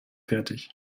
fertig